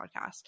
podcast